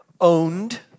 owned